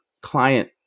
client